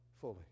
fully